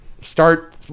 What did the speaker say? start